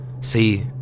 See